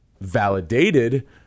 validated